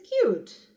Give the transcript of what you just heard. cute